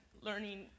learning